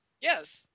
yes